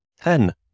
ten